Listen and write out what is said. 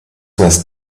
was